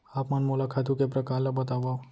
आप मन मोला खातू के प्रकार ल बतावव?